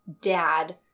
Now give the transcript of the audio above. dad